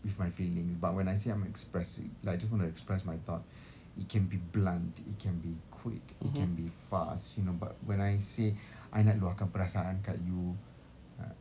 with my feelings but when I say I'm expressing like I just want to express my thought it can be blunt it can be quick it can be fast you know but when I say I nak luahkan perasaan kat you ah